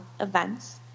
events